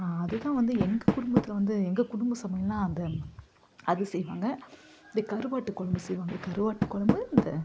அதுதான் வந்து எங்கள் குடும்பத்தில் வந்து எங்க குடும்ப சமையல்னால் அதை அது செய்வாங்க இந்த கருவாட்டு கொழம்பு செய்வாங்க கருவாட்டு கொழம்பு இந்த